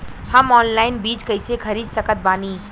हम ऑनलाइन बीज कइसे खरीद सकत बानी?